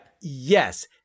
yes